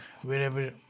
wherever